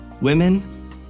Women